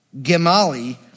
Gemali